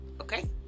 okay